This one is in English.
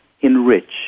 enrich